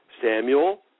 Samuel